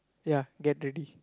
ya get ready